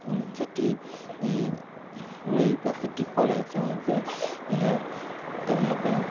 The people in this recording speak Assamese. খেতি ৰুই বা খেতি কৰে তেওঁলোকে তেওঁলোকে